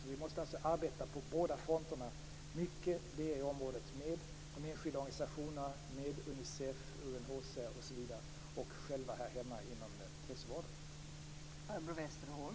Vi måste alltså arbeta på båda fronterna, i området med de enskilda organisationerna, med Unicef, med UNHCR, osv. och själva här hemma inom hälsovården.